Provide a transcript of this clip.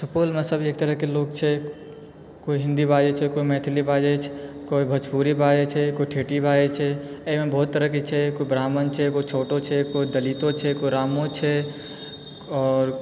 सुपौलमे सभी तरहकऽ लोक छै केओ हिन्दी बाजय छै केओ मैथिली बाजय छै केओ भोजपुरी बाजय छै केओ ठेठही बाजय छै एहिमऽ बहुत तरहके छै केओ ब्राह्मण छै केओ छोटो छै केओ दलितओ छै केओ रामओ छै आओर